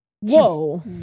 Whoa